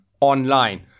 online